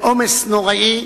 בעומס נוראי,